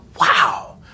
wow